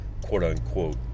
quote-unquote